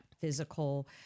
physical